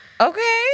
Okay